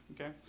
Okay